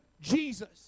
Jesus